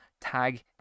tag